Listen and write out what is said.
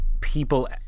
people